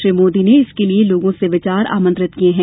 श्री मोदी ने इसके लिए लोगों से विचार आमंत्रित किये हैं